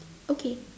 okay